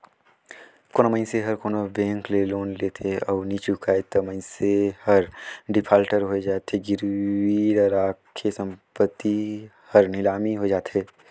कोनो मइनसे हर कोनो बेंक ले लोन लेथे अउ नी चुकाय ता मइनसे हर डिफाल्टर होए जाथे, गिरवी रराखे संपत्ति हर लिलामी होए जाथे